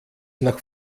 nach